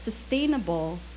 sustainable